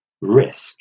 risk